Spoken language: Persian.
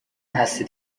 هستید